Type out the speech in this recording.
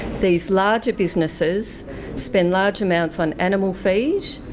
these larger businesses spend large amounts on animal feed,